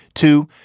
too.